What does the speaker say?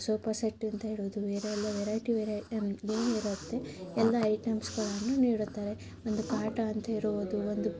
sofa ಸೆಟ್ಟಿಂದ ಹಿಡಿದು ಬೇರೆ ಎಲ್ಲ ವೆರೈಟಿ ವೆರೈಟಿ ಏನಿರುತ್ತೆ ಎಲ್ಲ ಐಟಮ್ಸ್ಗಳನ್ನು ನೀಡುತ್ತಾರೆ ಒಂದು ಕಾಟ ಅಂತ ಇರುವುದು ಒಂದು